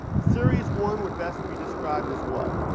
series one would best be described as what?